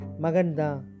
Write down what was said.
maganda